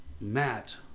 Matt